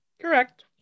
Correct